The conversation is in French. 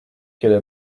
qu’elle